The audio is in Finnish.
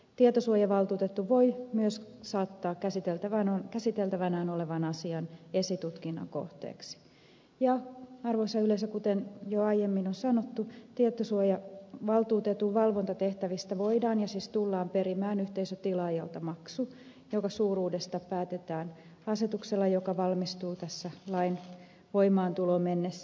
tietosuojavaltuutettu voi myös saattaa käsiteltävänään olevan asian esitutkinnan kohteeksi ja arvoisa yleisö kuten jo aiemmin on sanottu tietosuojavaltuutetun valvontatehtävistä voidaan ja siis tullaan perimään yhteisötilaajalta maksu jonka suuruudesta päätetään asetuksella joka valmistuu tässä lain voimaantuloon mennessä